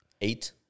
eight